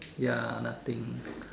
ya nothing